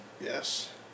Yes